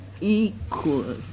Equal